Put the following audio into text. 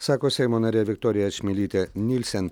sako seimo narė viktorija čimilytė nylsen